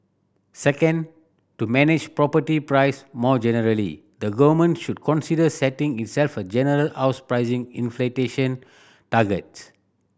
second to manage property price more generally the government should consider setting itself a general house price target